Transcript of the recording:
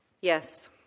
yes